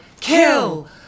Kill